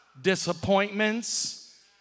disappointments